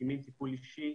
מתאימים טיפול אישי